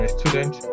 student